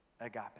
agape